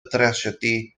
drasiedi